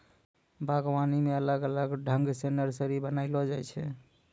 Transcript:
बागवानी मे अलग अलग ठंग से नर्सरी बनाइलो जाय छै